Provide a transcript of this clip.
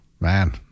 Man